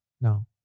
No